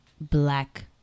Black